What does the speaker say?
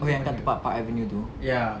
oh ya yang tempat park avenue tu